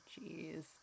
Jeez